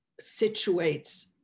situates